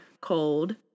cold